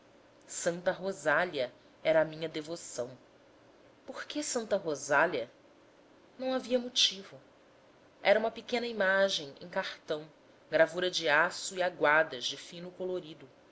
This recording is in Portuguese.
santa rosália era a minha devoção por que santa rosália não havia motivo era uma pequena imagem em cartão gravara de aço e aguadas de fino colorido